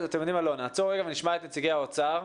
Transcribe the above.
ונשמע את נציגי האוצר.